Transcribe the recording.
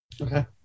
Okay